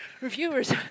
reviewers